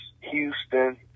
Houston